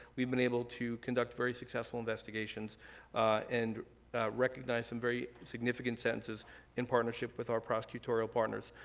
we've been able to conduct very successful investigations and recognize some very significant sentences in partnership with our prosecutorial partners.